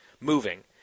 moving